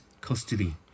custody